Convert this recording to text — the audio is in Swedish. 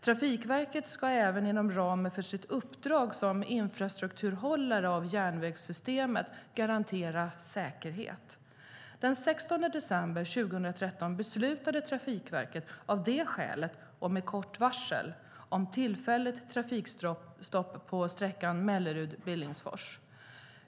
Trafikverket ska även inom ramen för sitt uppdrag som infrastrukturhållare av järnvägssystemet garantera säkerhet. Den 16 december 2013 beslutade Trafikverket av det skälet och med kort varsel om tillfälligt trafikstopp på sträckan Mellerud-Billingsfors.